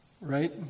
Right